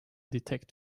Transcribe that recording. detect